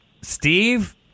Steve